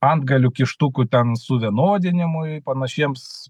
antgalių kištukų ten suvienodinimui panašiems